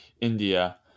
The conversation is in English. india